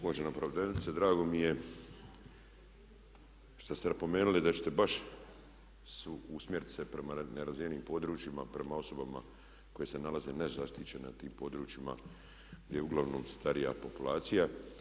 Uvažena pravobraniteljice drago mi je što ste napomenuli da ćete baš usmjeriti se prema nerazvijenim područjima, prema osobama koje se nalaze nezaštićene u tim područjima gdje je uglavnom starija populacija.